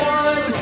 one